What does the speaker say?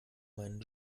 meinen